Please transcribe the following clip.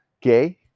gay